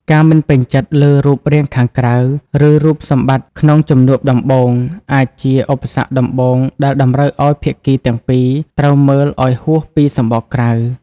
ការមិនពេញចិត្តលើរូបរាងខាងក្រៅ ឬរូបសម្បត្តិក្នុងជំនួបដំបូង អាចជាឧបសគ្គដំបូងដែលតម្រូវឱ្យភាគីទាំងពីរត្រូវមើលឱ្យហួសពីសំបកក្រៅ។